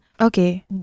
Okay